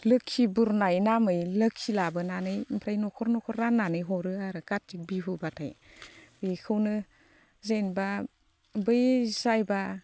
लोखि बुरनाय नामै लोखि लाबोनानै ओमफ्राय न'खर न'खर राननानै हरो आरो खाथिक बिहुबाथाय बेखौनो जेनेबा बै जायबा